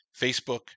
Facebook